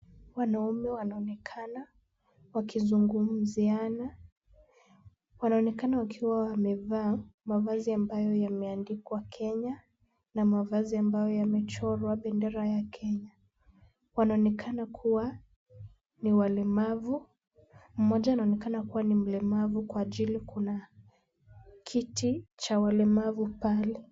Wanaume wanaonekana wakizungumziana. Wanaonekana wakiwa wamevaa mavazi ambayo yameandikwa Kenya na mavazi ambayo yamechorwa bendera ya kenya. Wanaonekana kuwa ni walemavu. Mmoja anaonekana kuwa ni mlemavu kwa ajili kuna kiti cha walemavu pale.